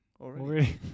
already